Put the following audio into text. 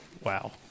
Wow